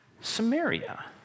Samaria